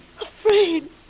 Afraid